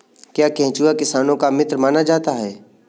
क्या केंचुआ किसानों का मित्र माना जाता है?